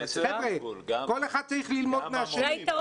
חבר'ה - כל אחד צריך ללמוד מהשני.